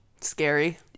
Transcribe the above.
Scary